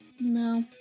No